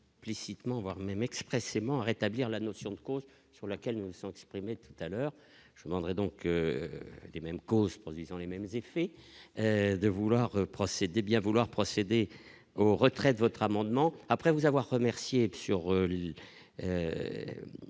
Illicitement, voire même expressément à rétablir la notion de cause sur laquelle nous sommes exprimés tout à l'heure, je demanderai donc les mêmes causes produisant les mêmes effets de vouloir procéder bien vouloir procéder au retrait de votre amendement après vous avoir remercié sur